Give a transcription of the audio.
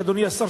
שאדוני השר,